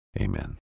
amen